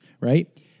Right